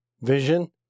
vision